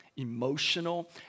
emotional